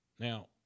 Now